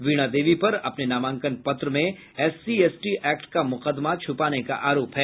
वीणा देवी पर अपने नामांकन पत्र में एससी एसटी एक्ट का मुकदमा छुपाने का आरोप है